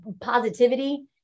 positivity